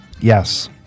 Yes